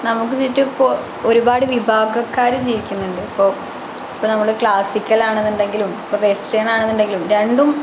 നമുക്ക് ചുറ്റും ഇപ്പോള് ഒരുപാട് വിഭാഗക്കാര് ജീവിക്കുന്നുണ്ട് ഇപ്പോള് നമ്മള് ക്ലാസിക്കൽ ആണെന്നുണ്ടെങ്കിലും വെസ്റ്റേണ് ആണെന്നുണ്ടെങ്കിലും രണ്ടും